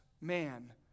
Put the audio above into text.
man